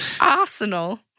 Arsenal